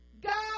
God